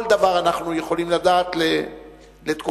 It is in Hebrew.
כל דבר אנחנו יכולים לדעת לתקופות.